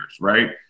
right